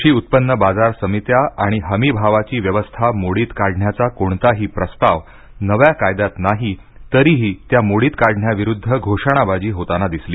कृषी उत्पन्न बाजार समित्या आणि हमीभावाची व्यवस्था मोडीत काढण्याचा कोणताही प्रस्ताव नव्या कायद्यात नाही तरीही त्या मोडीत काढण्याविरुद्ध घोषणाबाजी होताना दिसली